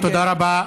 תודה רבה.